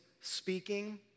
speaking